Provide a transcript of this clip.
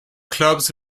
clubs